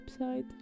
website